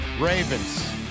Ravens